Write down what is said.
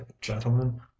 gentlemen